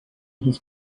his